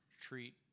treat